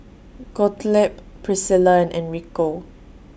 Gottlieb Priscilla and Enrico